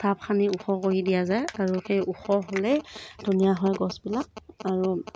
ঢাপ খানি ওখ কৰি দিয়া যায় আৰু সেই ওখ হ'লেই ধুনীয়া হয় গছবিলাক